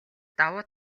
давуу